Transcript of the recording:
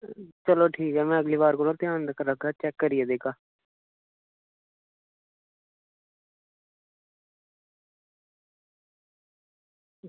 चलो ठीक ऐ में अगली बार कोला ध्यान कन्नै देगा चैक करियै देगा